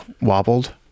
wobbled